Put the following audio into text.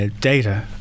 data